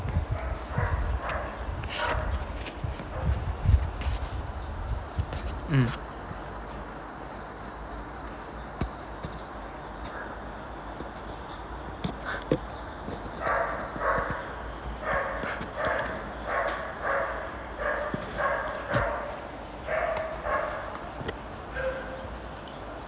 mm